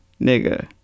nigga